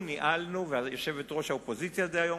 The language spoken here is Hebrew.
ויושבת-ראש האופוזיציה דהיום,